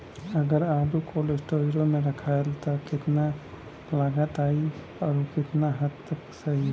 अगर आलू cold storage में रखायल त कितना लागत आई अउर कितना हद तक उ सही रही?